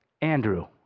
Andrew